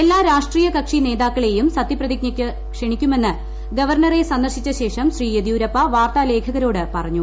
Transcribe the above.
എല്ലാ രാഷ്ട്രീയ കക്ഷി നേതാക്കളേയും സത്യപ്രതിജ്ഞയ്ക്ക് ക്ഷണിക്കുമെന്ന് ഗവർണറെ സന്ദർശിച്ച ശേഷം ശ്രീ യെദിയൂരപ്പ വാർത്താലേഖകരോട് പറഞ്ഞു